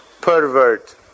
pervert